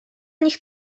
nich